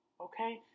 Okay